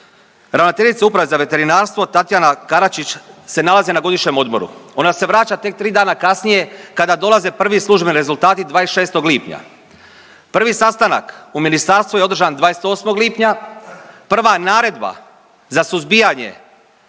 ravnateljica Uprave za veterinarstvo Tatjana Karačić se nalazi na godišnjem odmoru, ona se vraća tek tri dana kasnije kada dolaze prvi službeni rezultati 26. lipnja. Prvi sastanak u ministarstvu je održan 28. lipnja, prva naredba za suzbijanje